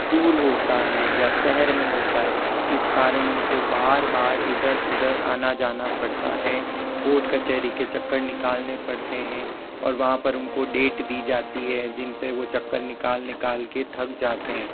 दूर होता है या शहर में होता है इस कारण उनका बार बार इधर उधर आना जाना पड़ता है कोर्ट कचहरी के चक्कर निकालने पड़ते हैं और वहाँ पर उनको डेट दी जाती है जिन पर वह चक्कर निकाल निकाल के थक जाते हैं